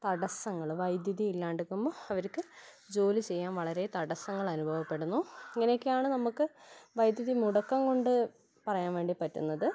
തടസ്സങ്ങൾ വൈദ്യുതി ഇല്ലാണ്ടാകുമ്പോൾ അവർക്ക് ജോലി ചെയ്യാൻ വളരെ തടസ്സങ്ങളനുഭവപ്പെടുന്നു അങ്ങനെക്കെയാണ് നമുക്ക് വൈദ്യുതി മുടക്കം കൊണ്ട് പറയാൻ വേണ്ടി പറ്റുന്നത്